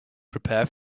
prepare